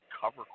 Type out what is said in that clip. cover